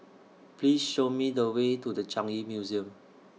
Please Show Me The Way to The Changi Museum